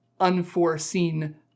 unforeseen